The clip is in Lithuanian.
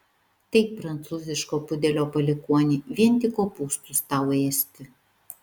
taip prancūziško pudelio palikuoni vien tik kopūstus tau ėsti